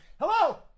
Hello